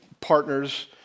partners